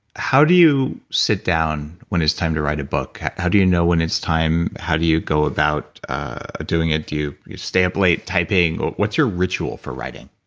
how do you sit down when it's time to write a book? how do you know when it's time? how do you go about ah doing it? do you stay up late typing? what's your ritual for writing?